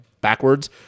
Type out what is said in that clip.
backwards